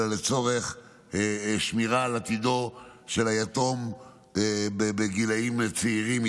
אלא לצורך שמירה על עתידו של היתום בגילים צעירים,